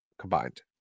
Combined